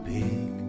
big